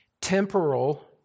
temporal